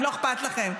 אם לא אכפת לכם.